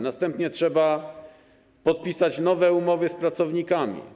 Następnie trzeba podpisać nowe umowy z pracownikami.